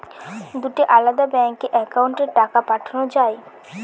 দুটি আলাদা ব্যাংকে অ্যাকাউন্টের টাকা পাঠানো য়ায়?